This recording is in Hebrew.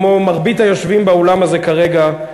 כמו מרבית היושבים באולם הזה כרגע,